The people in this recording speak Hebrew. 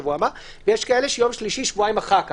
ויש כאלה שבשלישי שבועיים אחר כך,